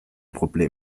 problem